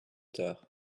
tard